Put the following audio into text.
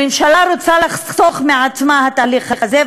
הממשלה רוצה לחסוך מעצמה את התהליך הזה,